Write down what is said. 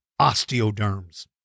osteoderms